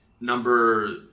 Number